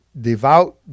devout